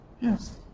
Yes